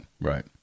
Right